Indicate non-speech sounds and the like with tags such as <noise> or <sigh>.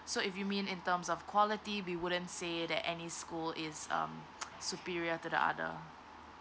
so if you mean in terms of quality we wouldn't say that any school is um <noise> superior to the other